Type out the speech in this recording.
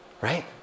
right